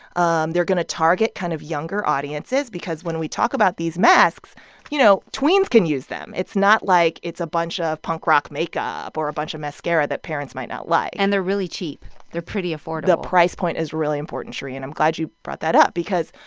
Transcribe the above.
um they're going to target kind of younger audiences because when we talk about these masks you know, tweens can use them. it's not like it's a bunch ah of punk rock makeup or a bunch of mascara that parents might not like and they're really cheap. they're pretty affordable the price point is really important, shereen. i'm glad you brought that up because,